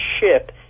ship